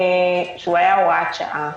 שהוא היה הוראת שעה,